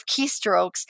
keystrokes